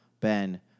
Ben